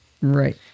Right